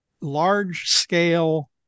large-scale